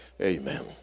amen